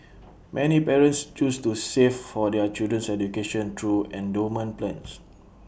many parents choose to save for their children's education through endowment plans